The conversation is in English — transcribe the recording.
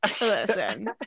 listen